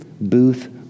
booth